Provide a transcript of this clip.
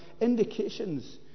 indications